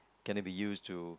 can it be used to